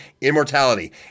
immortality